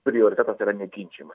prioritetas yra neginčijamas